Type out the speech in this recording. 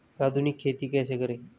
आधुनिक खेती कैसे करें?